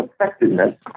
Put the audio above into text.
effectiveness